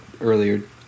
earlier